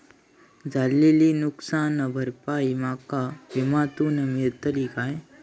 झालेली नुकसान भरपाई माका विम्यातून मेळतली काय?